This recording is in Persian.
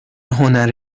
هنر